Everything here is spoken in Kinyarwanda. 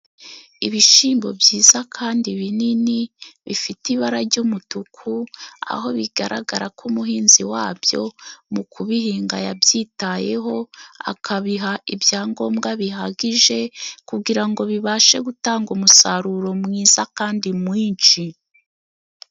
Ibishyimbo byiza kandi binini bifite ibara jy'umutuku, aho bigaragara ko umuhinzi wabyo mu kubihinga yabyitayeho akabiha ibyangombwa bihagije, kugira ngo bibashe gutanga umusaruro mwiza kandi mwinshi.